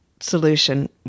solution